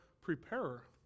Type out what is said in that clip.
preparer